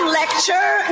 lecture